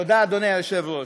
תודה, אדוני היושב-ראש.